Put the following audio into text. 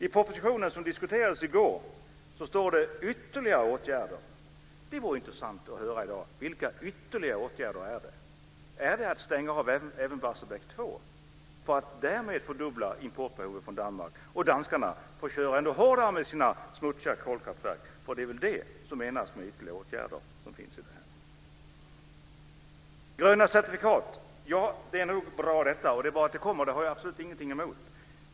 I propositionen som diskuterades i går står det "ytterligare åtgärder". Det vore intressant att i dag få höra vilka ytterligare åtgärder det är fråga om. Är det att även stänga av Barsebäck 2 för att därmed fördubbla importbehovet från Danmark så att danskarna får köra sina smutsiga kolkraftverk ännu hårdare? Det är väl det som menas med "ytterligare åtgärder". Det är nog bra med gröna certifikat. Det är bra att det ska komma sådana. Det har jag absolut ingenting emot.